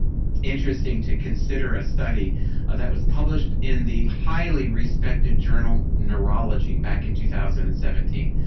interesting to consider a study that was published in the highly respected journal neurology back in two thousand and seventeen.